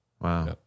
Wow